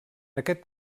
aquest